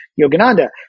Yogananda